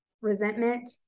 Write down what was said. resentment